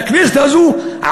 של הכנסת הזאת,